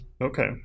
Okay